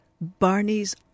Barney's